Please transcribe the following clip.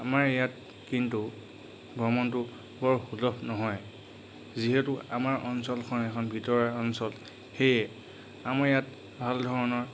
আমাৰ ইয়াত কিন্তু ভ্ৰমণটো বৰ সুলভ নহয় যিহেতু আমাৰ অঞ্চলখন এখন ভিতৰুৱা অঞ্চল সেয়ে আমাৰ ইয়াত ভাল ধৰণৰ